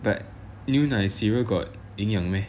but 牛奶 cereal got 营养 meh